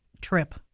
trip